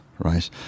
right